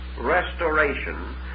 restoration